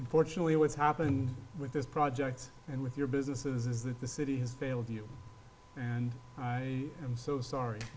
unfortunately what's happened with this project and with your businesses is that the city has failed you and i am so sorry